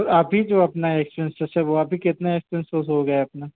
वह आप ही जो अपना एक्सपेन्स जैसे वह आप ही कितना एक्सपेनसोस हो गया अपना